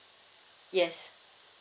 yes